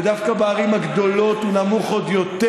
ודווקא בערים הגדולות הוא נמוך עוד יותר.